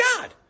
God